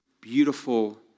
beautiful